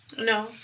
No